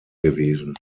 gewesen